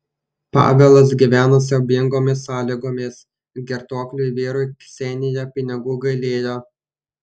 pavelas gyveno siaubingomis sąlygomis girtuokliui vyrui ksenija pinigų gailėjo